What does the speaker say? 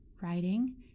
writing